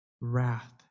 wrath